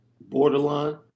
borderline